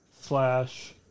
slash